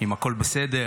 אם הכול בסדר.